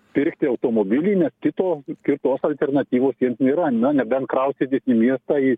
pirkti automobilį nes kito kitos alternatyvos jiems nėra na nebent kraustytis į miestą į